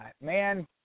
man